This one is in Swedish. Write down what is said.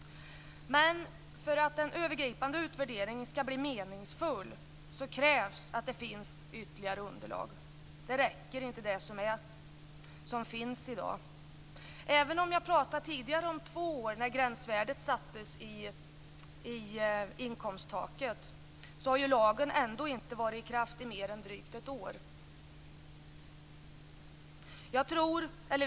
Men för att en övergripande utvärdering skall bli meningsfull krävs det att det finns ytterligare underlag. Det underlag som finns i dag räcker inte. Även om jag tidigare pratade om att det är två år sedan gränsvärdet sattes i inkomsttaket, har ju lagen inte varit i kraft i mer än drygt ett år.